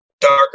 darker